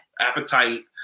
appetite